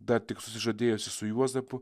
dar tik susižadėjusi su juozapu